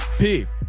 p